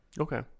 Okay